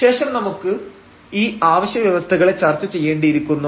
ശേഷം വീണ്ടും നമുക്ക് ഈ ആവശ്യ വ്യവസ്ഥകളെ ചർച്ച ചെയ്യേണ്ടിയിരിക്കുന്നു